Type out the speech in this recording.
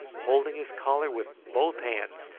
holding his collar with both hands,